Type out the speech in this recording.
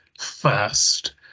first